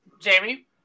Jamie